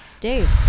Dave